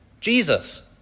Jesus